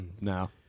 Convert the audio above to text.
No